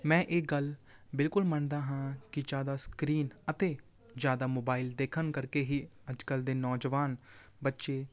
ਮੈਂ ਇਹ ਗੱਲ ਬਿਲਕੁਲ ਮੰਨਦਾ ਹਾਂ ਕਿ ਜ਼ਿਆਦਾ ਸਕਰੀਨ ਅਤੇ ਜ਼ਿਆਦਾ ਮੋਬਾਇਲ ਦੇਖਣ ਕਰਕੇ ਹੀ ਅੱਜ ਕੱਲ ਦੇ ਨੌਜਵਾਨ ਬੱਚੇ